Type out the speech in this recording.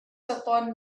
upon